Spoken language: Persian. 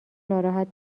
ناراحت